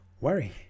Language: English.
worry